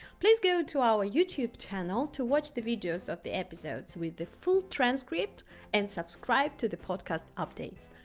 please go to our youtube channel to watch the videos of the episodes with the full transcript and subscribe to the podcast updates.